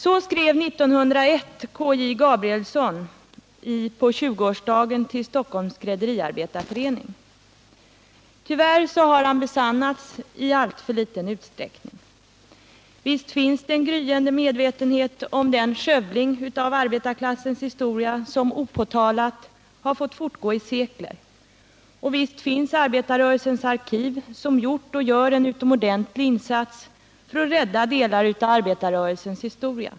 Så skrev 1901 K. J. Gabrielsson i dikten På tjugoårsdagen med anledning av Stockholms Skrädderiarbetareförenings jubileum. Tyvärr har han besannats i alltför liten utsträckning. Visst finns det ett gryende medvetande om den skövling av arbetarklassens historia som opåtalat fått fortgå i sekler. Visst finns arbetarrörelsens arkiv som gjort och gör en utomordentlig insats för att rädda delar av arbetarrörelsens historia.